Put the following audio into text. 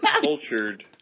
cultured